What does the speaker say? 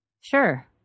Sure